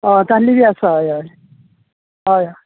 हय ताल्ले बी आसा हय हय हय